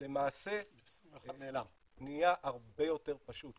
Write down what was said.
למעשה נהיה הרבה יותר פשוט.